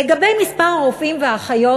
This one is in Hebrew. לגבי מספר הרופאים והאחיות,